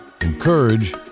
encourage